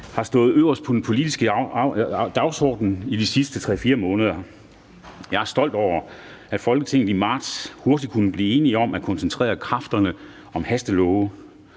har stået øverst på den politiske dagsorden i de sidste 3-4 måneder. Jeg er stolt over, at Folketinget i marts hurtigt kunne blive enige om at koncentrere kræfterne om hastelove.